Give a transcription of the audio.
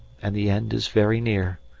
and the end is very near.